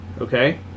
okay